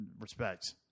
Respect